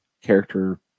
character